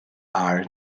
fhear